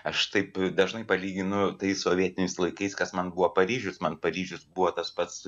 aš taip dažnai palyginu tais sovietiniais laikais kas man buvo paryžius man paryžius buvo tas pats